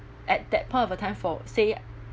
at that point of a time for say